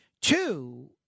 Two